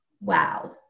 wow